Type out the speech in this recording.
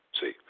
see